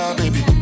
baby